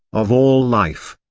of all life.